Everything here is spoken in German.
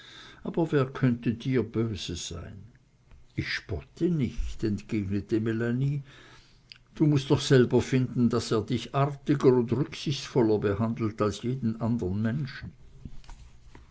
aber wer könnte dir böse sein ich spotte nicht entgegnete melanie du mußt doch selber finden daß er dich artiger und rücksichtsvoller behandelt als jeden andren menschen